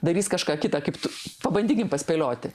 darys kažką kita kaip tu pabandykim paspėlioti